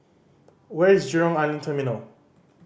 where is Jurong Island Terminal